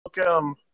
Welcome